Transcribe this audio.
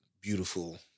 Beautiful